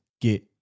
get